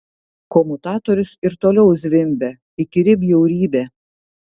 komutatorius ir toliau zvimbia įkyri bjaurybė